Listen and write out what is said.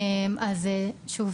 שוב,